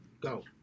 Go